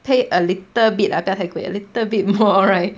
pay a little bit lah 不要太贵 little bit more right